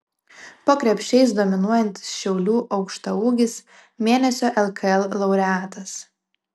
po krepšiais dominuojantis šiaulių aukštaūgis mėnesio lkl laureatas